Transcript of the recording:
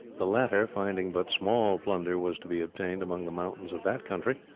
the latter, finding but small plunder was to be obtained among the mountains of that country,